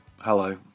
Hello